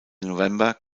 november